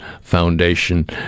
Foundation